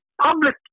public